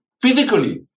physically